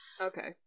Okay